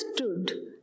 understood